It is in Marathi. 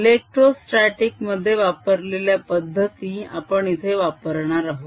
इलेक्ट्रोस्टटीक मध्ये वापरलेल्या पद्धती आपण इथे वापरणार आहोत